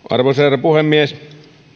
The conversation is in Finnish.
arvoisa herra puhemies